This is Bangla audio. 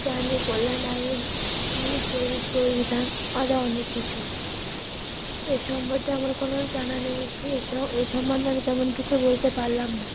প্রাণী কল্যাণ আইন ইঙ্গিত পরিবেশ পরিবিধান আরও অনেক কিছু এ সম্বন্ধে আমার কোনো জানা নেই এসব এ সম্বন্ধে আমি তেমন কিছু বলতে পারলাম না